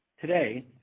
Today